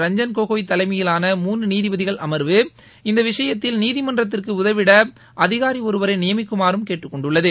ரஞ்சன் கோகோய் தலைமையிலான மூன்று நீதிபதிகள் அமர்வு இந்த விஷயத்தில் நீதிமன்றத்திற்கு உதவிட அதிகாரி ஒருவரை நியமிக்குமாறும் கேட்டுக் கொண்டுள்ளது